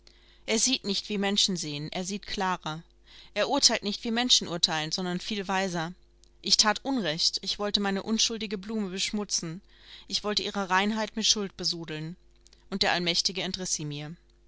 er sieht nicht wie menschen sehen er sieht klarer er urteilt nicht wie menschen urteilen sondern viel weiser ich that unrecht ich wollte meine unschuldige blume beschmutzen ich wollte ihre reinheit mit schuld besudeln und der allmächtige entriß sie mir